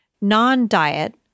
non-diet